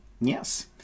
yes